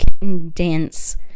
condense